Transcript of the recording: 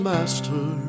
Master